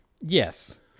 yes